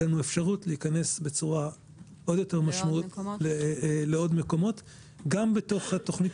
תהיה לנו אפשרות להיכנס לעוד יותר מקומות גם בתוך התוכנית